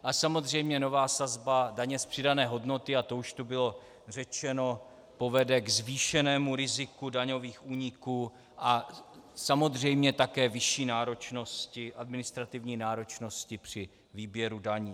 A samozřejmě nová sazba daně z přidané hodnoty, a to už tu bylo řečeno, povede k zvýšenému riziku daňových úniků a samozřejmě také vyšší administrativní náročnosti při výběru daní.